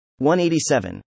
187